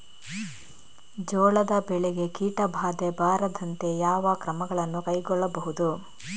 ಜೋಳದ ಬೆಳೆಗೆ ಕೀಟಬಾಧೆ ಬಾರದಂತೆ ಯಾವ ಕ್ರಮಗಳನ್ನು ಕೈಗೊಳ್ಳಬಹುದು?